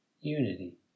unity